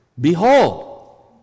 behold